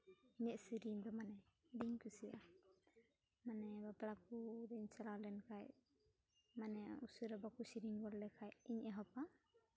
ᱮᱱᱮᱡ ᱥᱮᱨᱮᱧ ᱫᱚ ᱢᱟᱱᱮ ᱟᱹᱰᱤᱧ ᱠᱩᱥᱤᱭᱟᱜᱼᱟ ᱢᱟᱱᱮ ᱵᱟᱯᱞᱟ ᱠᱚᱨᱤᱧ ᱪᱟᱞᱟᱣ ᱞᱮᱱᱠᱷᱟᱱ ᱢᱟᱱᱮ ᱩᱥᱟᱹᱨᱟ ᱵᱟᱠᱚ ᱥᱮᱨᱮᱧ ᱜᱚᱫ ᱞᱮᱠᱷᱟᱱ ᱤᱧ ᱮᱦᱚᱵᱟ